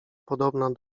podobna